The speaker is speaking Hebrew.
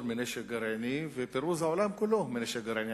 מנשק גרעיני ופירוז העולם כולו מנשק גרעיני.